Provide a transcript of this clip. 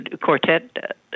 quartet